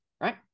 right